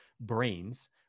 brains